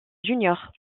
junior